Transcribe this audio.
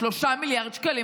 3 מיליארד שקלים,